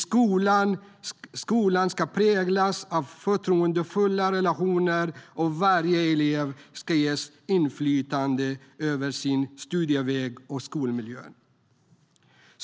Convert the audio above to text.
Skolan ska präglas av förtroendefulla relationer, och varje elev ska ges inflytande över sin studieväg och skolmiljö.